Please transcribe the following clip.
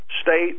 state